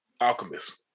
Alchemist